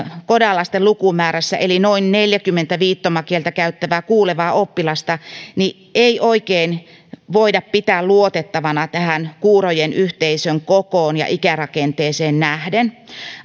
coda lasten lukumääriä eli noin neljältäkymmeneltä viittomakieltä käyttävää kuulevaa oppilasta ei oikein voida pitää luotettavina tähän kuurojen yhteisön kokoon ja ikärakenteeseen nähden